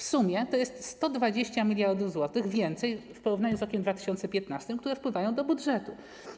W sumie to jest 120 mld zł więcej w porównaniu z rokiem 2015, które wpływają do budżetu.